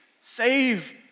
save